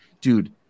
dude